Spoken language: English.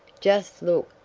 just look!